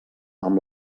amb